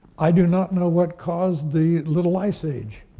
i do not know what caused the little ice age.